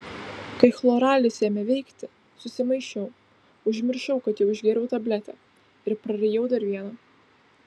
kai chloralis ėmė veikti susimaišiau užmiršau kad jau išgėriau tabletę ir prarijau dar vieną